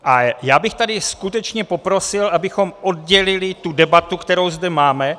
A já bych tady skutečně poprosil, abychom oddělili tu debatu, kterou zde máme.